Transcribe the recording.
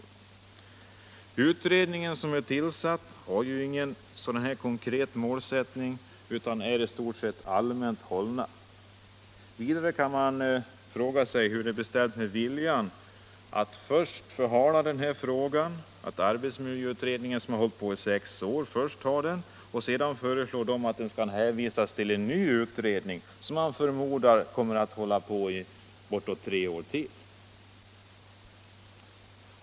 Den utredning som är tillsatt har ingen sådan konkret målsättning utan direktiven är i stort sett allmänt hållna. Man kan fråga sig hur det är ställt med viljan. Först förhalas den här frågan, sedan skall arbetsmiljöutredningen som har arbetat i sex år ta hand om den och därefter föreslår den utredningen att frågan skall hänvisas till en ny utredning, som förmodligen kommer att hålla på i bortåt tre år till.